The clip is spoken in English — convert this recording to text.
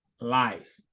life